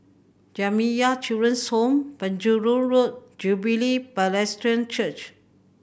Jamiyah Children's Home Penjuru Road Jubilee Presbyterian Church